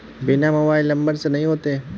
बिना mobile number से नहीं होते?